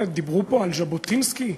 דיברו פה על ז'בוטינסקי,